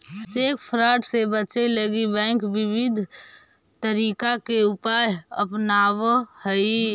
cheque fraud से बचे लगी बैंक विविध तरीका के उपाय अपनावऽ हइ